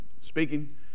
speaking